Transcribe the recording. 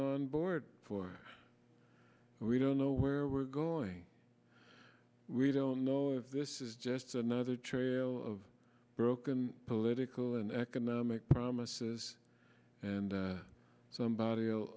on board for we don't know where we're going we don't know if this is just another trail of broken political and economic promises and somebody will